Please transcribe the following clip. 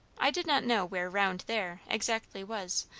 i did not know where round there exactly was,